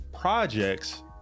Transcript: projects